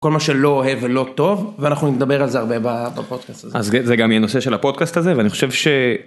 כל מה שלא אוהב ולא טוב ואנחנו נדבר על זה הרבה בפודקאסט הזה. אז זה גם יהיה נושא של הפודקאסט הזה ואני חושב ש...